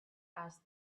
asked